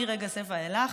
מרגע זה ואילך,